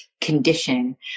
condition